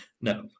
No